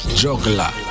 juggler